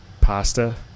pasta